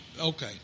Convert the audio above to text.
Okay